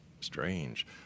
Strange